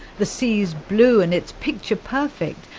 the sea is blue and it's picture perfect,